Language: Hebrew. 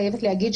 אני חייבת להגיד,